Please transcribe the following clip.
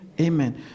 Amen